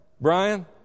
Brian